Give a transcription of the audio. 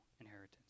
inheritance